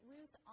Ruth